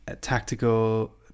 tactical